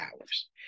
Hours